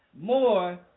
more